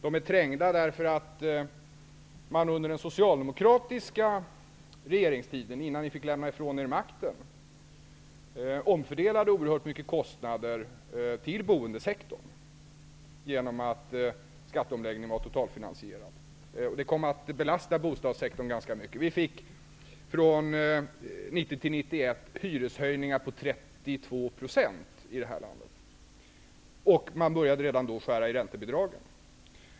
De är trängda därför att man under den socialdemokratiska regeringsti den, innan ni fick lämna ifrån er makten, omför delade oerhört mycket kostnader till boendesek torn genom att skatteomläggningen var totalfi nansierad. Det kom att belasta bostadssektorn ganska mycket. Vi fick från 1990 till 1991 hyreshöjningar på 32 % i detta land, och man började redan då skära i räntebidragen.